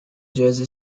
jersey